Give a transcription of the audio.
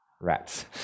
Rats